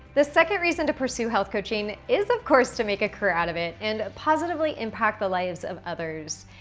the second reason to pursue health coaching is of course to make a career out of it. and positively impact the lives of others.